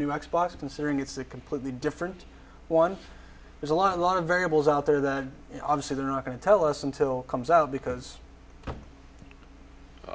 new x box considering it's a completely different one there's a lot a lot of variables out there that obviously they're not going to tell us until comes out because